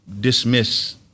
dismiss